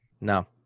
No